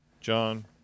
John